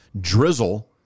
Drizzle